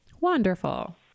wonderful